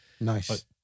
Nice